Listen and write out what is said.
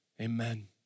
amen